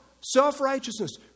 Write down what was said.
Self-righteousness